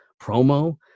promo